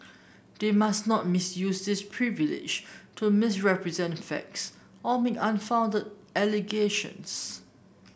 they must not misuse this privilege to misrepresent facts or make unfounded allegations